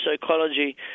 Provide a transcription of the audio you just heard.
psychology